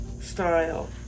style